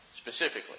specifically